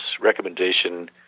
recommendation